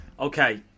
Okay